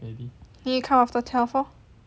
then you come after twelve lor